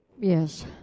Yes